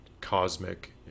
cosmic